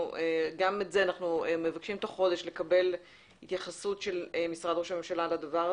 אנחנו מבקשים תוך חודש לקבל התייחסות של משרד ראש הממשלה גם לדבר הזה.